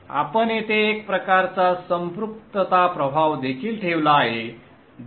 आपण येथे एक प्रकारचा संपृक्तता प्रभाव देखील ठेवला आहे